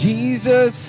Jesus